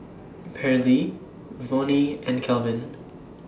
Pairlee Vonnie and Kelvin